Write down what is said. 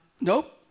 nope